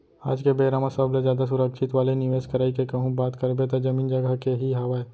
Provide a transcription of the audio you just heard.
आज के बेरा म सबले जादा सुरक्छित वाले निवेस करई के कहूँ बात करबे त जमीन जघा के ही हावय